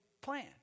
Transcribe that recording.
plan